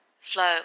flow